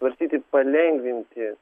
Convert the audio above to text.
svarstyti palengvinti